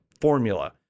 formula